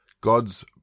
God's